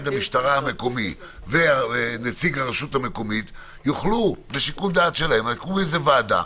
המשטרה המקומי ונציג הרשות המקומית יוכלו בשיקול דעת שלהם,